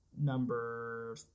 Number